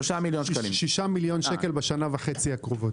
שישה מיליון שקלים בשנה וחצי הקרובות.